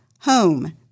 home